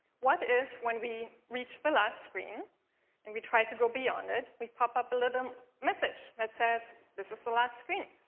what if, when we reach the last screen and we try to go beyond it, we pop up a little message that says, this is the last screen?